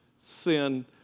sin